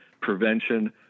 prevention